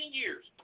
years